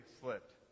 slipped